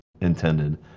intended